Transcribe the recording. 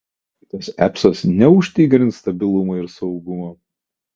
šitas apsas neužtikrins stabilumo ir saugumo